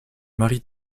marie